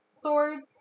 swords